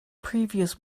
previous